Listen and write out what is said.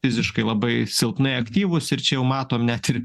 fiziškai labai silpnai aktyvūs ir čia jau matom net ir